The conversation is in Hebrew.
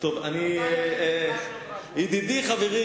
ידידי חברי,